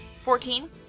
Fourteen